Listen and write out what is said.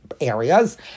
areas